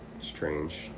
strange